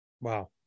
Wow